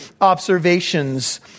observations